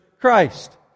Christ